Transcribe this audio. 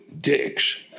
dicks